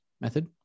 method